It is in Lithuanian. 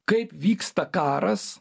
kaip vyksta karas